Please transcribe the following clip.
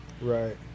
Right